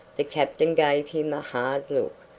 the captain gave him a hard look,